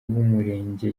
w’umurenge